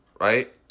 right